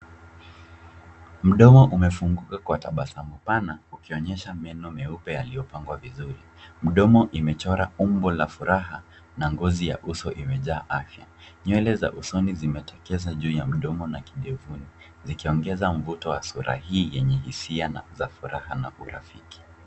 Mdomo umefunguka kwa tabasamu pana ukionyesha meno meupe yaliyopangwa vizuri. Mdomo imechora umbo la furaha, na ngozi ya uso imejaa afya. Nywele za usoni zimetokeza juu ya mdomo na kidevuni zikiongeza mvuto wa sura hii yenye hisia za furaha na urafiki.